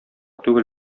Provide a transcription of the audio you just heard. түгел